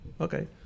Okay